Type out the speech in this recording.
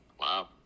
Wow